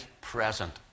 present